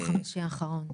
ביום חמישי האחרון.